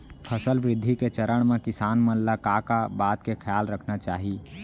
फसल वृद्धि के चरण म किसान मन ला का का बात के खयाल रखना चाही?